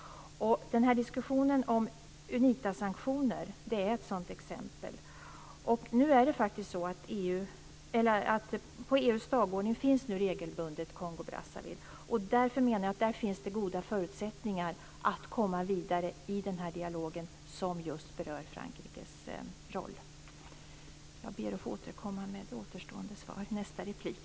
Diskussionen om Unitasanktioner är ett sådant exempel. På EU:s dagordning finns nu Kongo-Brazzaville faktiskt regelbundet. Därför menar jag att det finns goda förutsättningar att komma vidare i den dialog som just berör Frankrikes roll. Jag ber att få återkomma med återstående svar i nästa replik.